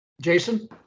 Jason